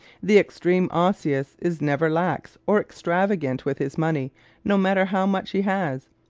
the extreme osseous is never lax or extravagant with his money no matter how much he has.